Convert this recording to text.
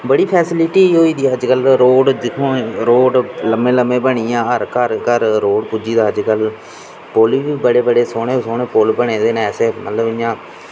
बड़ी फैसीलिटी होई दी अज्ज कल्ल रोड़ दिक्खओ हां लम्मे लम्मे बनी दे घर घर रोड़ पुज्जी दे अज्ज कल्ल पुल बी बड़े बड़े सोह्ने सोह्ने बने दे ऐसे मतलव इ'यां